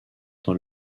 dans